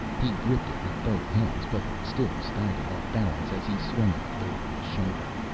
he gripped it with both hands, but still staggered off-balance as he swung it up over his shoulder.